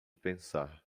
pensar